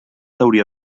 hauria